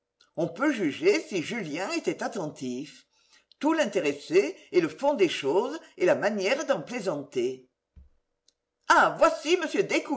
on peut juger si julien était attentif tout l'intéressait et le fond des choses et la manière d'en plaisanter ah voici